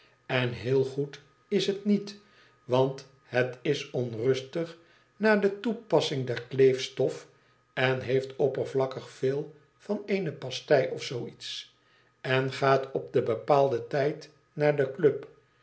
en heel goed is het niet want het is onrustig na de toepassing der kleefstof en heeft oppervlakkig veel van eene pastei of zoo iets en gaat op den bepaalden tijd naar de club